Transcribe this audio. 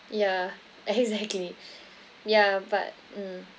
yeah exactly yeah but mm